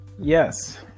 Yes